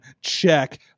Check